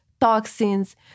toxins